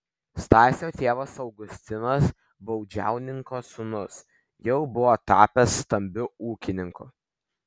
stasio tėvas augustinas baudžiauninko sūnus jau buvo tapęs stambiu ūkininku